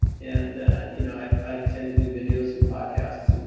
and you know i tend to do videos and podcasts. and